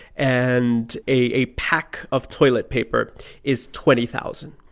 and a pack of toilet paper is twenty thousand.